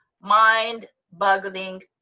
mind-boggling